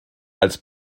als